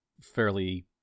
fairly